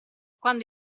quando